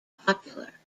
popular